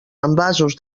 envasos